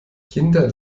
kinder